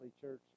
church